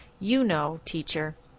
you know, teacher.